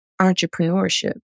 entrepreneurship